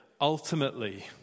ultimately